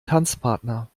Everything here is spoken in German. tanzpartner